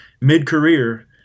mid-career